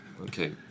Okay